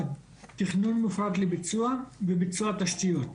הדבר הראשון, תכנון מופרד לביצוע וביצוע תשתיות.